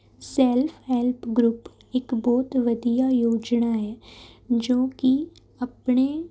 self help group ਇੱਕ ਬਹੁਤ ਵਧੀਆ ਯੋਜਨਾ ਹੈ ਜੋ ਕਿ ਆਪਣੇ